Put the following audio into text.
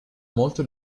molto